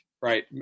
Right